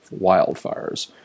wildfires